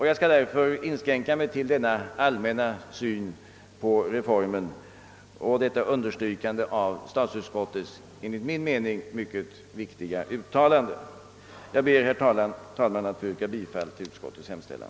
Jag skall därför inskränka mig till denna allmänna syn på reformen och detta understrykande av statsutskottets enligt min mening mycket viktiga uttalande. Jag ber, herr talman, att få yrka bifall till utskottets hemställan.